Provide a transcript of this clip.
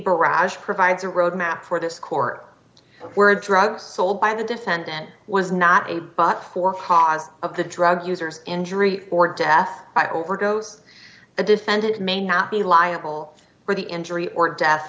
barrage provides a road map for this court where drugs sold by the defendant was not a bought for ha's of the drug users injury or death by overdose the defendant may not be liable for the injury or death